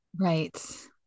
Right